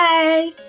Bye